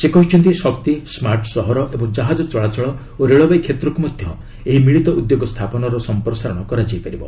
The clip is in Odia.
ସେ କହିଛନ୍ତି ଶକ୍ତି ସ୍କାର୍ଟ ସହର ଏବଂ ଜାହାଜ ଚଳାଚଳ ଓ ରେଳବାଇ କ୍ଷେତ୍ରକୁ ମଧ୍ୟ ଏହି ମିଳିତ ଉଦ୍ୟୋଗ ସ୍ଥାପନର ସଂପ୍ରସାରଣ କରାଯାଇ ପାରିବ